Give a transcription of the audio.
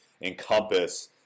encompass